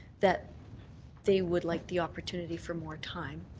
that they would like the opportunity for more time.